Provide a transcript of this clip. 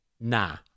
nah